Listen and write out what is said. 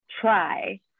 try